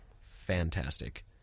fantastic